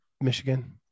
Michigan